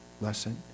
lesson